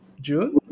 June